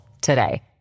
today